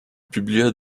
publia